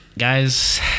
Guys